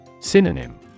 Synonym